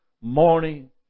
morning